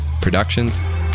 Productions